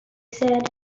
said